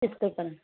त्यस्तो छ